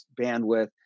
bandwidth